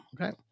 Okay